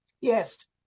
Yes